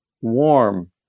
warm